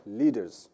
leaders